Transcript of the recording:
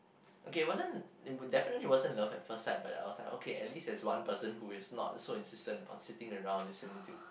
okay it wasn't i~ it definitely wasn't love at first sight but I was like okay at least there is one person who is not so insistent about sitting around listening to